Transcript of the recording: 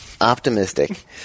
optimistic